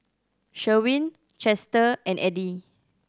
Sherwin Chester and Eddie